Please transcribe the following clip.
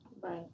right